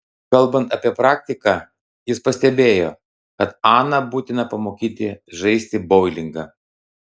kalbant apie praktiką jis pastebėjo kad aną būtina pamokyti žaisti boulingą